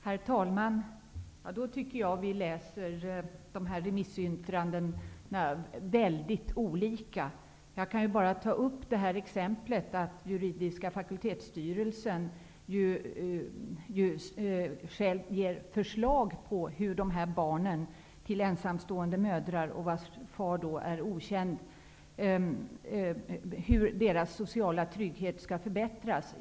Herr talman! Jag tycker att vi läser dessa remissyttrande mycket olika. Juridiska fakultetsstyrelsen ger själv förslag på hur den sociala tryggheten för barn till ensamstående mödrar, och vars far är okänd, skall förbättras.